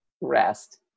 rest